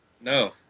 No